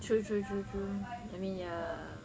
true true true true I mean ya